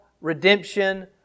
redemption